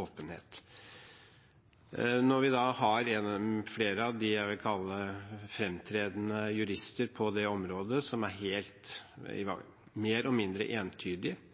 åpenhet. Når flere av det jeg vil kalle fremtredende jurister på dette området, mer eller mindre er entydige med hensyn til at personvernhensyn i denne sammenheng rett og